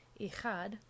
Ichad